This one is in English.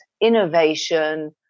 innovation